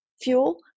fuel